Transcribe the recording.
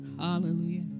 Hallelujah